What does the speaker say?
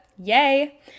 Yay